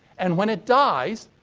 and, when it dies,